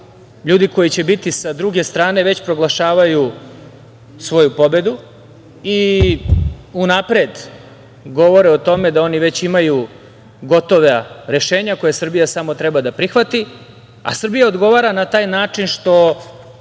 ljudi koji će biti sa druge strane već proglašavaju svoju pobedu i unapred govore o tome da oni već imaju gotova rešenja koja Srbija samo treba da prihvati. Srbija odgovara na taj način što,